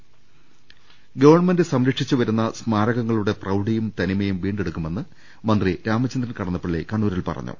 രുട്ട്ട്ട്ട്ട്ട്ട്ട്ട ഗവൺമെന്റ് സംരക്ഷിച്ചുവരുന്ന സ്മാരകങ്ങളുടെ പ്രൌഢിയും തനി മയും വീണ്ടെടുക്കുമെന്ന് മന്ത്രി രാമചന്ദ്രൻ കടന്നപ്പള്ളി കണ്ണൂരിൽ പറഞ്ഞു